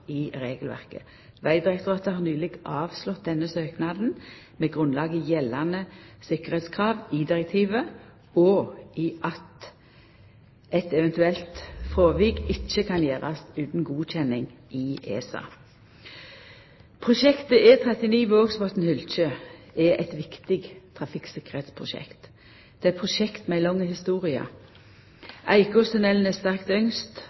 i regelverket. Vegdirektoratet har nyleg avslått denne søknaden med grunnlag i gjeldande tryggleikskrav i direktivet og i at eit eventuelt fråvik ikkje kan gjerast utan godkjenning i ESA. Prosjektet E39 Vågsbotn–Hylkje er eit viktig trafikktryggleiksprosjekt. Det er eit prosjekt med ei lang historie. Eikåstunnelen er sterkt